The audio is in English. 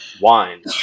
Wine